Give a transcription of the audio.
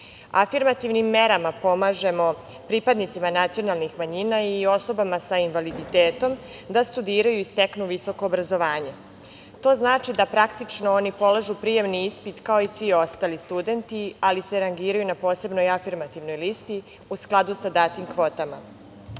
Afirmativnim merama pomažemo pripadnicima nacionalnih manjina i osobama sa invaliditetom da studiraju i steknu visoko obrazovanje. To znači da oni praktično polažu prijemni ispit kao i svi ostali studenti, ali se rangiraju na posebno afirmativnoj listi u skladu sa datim kvotama.